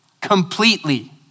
completely